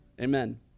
Amen